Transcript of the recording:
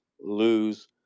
lose